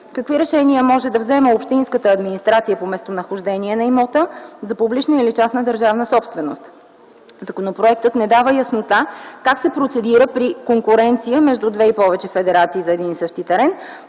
какви решения може да взема общинската администрация по местонахождение на имота за публична или частна държавна собственост; - законопроектът не дава яснота как се процедира при конкуренция между две и повече федерации за един и същи терен.